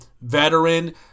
veteran